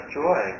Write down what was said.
joy